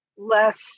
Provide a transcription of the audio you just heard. Less